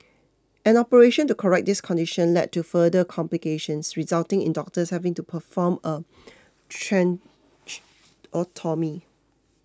an operation to correct this condition led to further complications resulting in doctors having to perform a tracheotomy